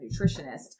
nutritionist